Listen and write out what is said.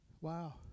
Wow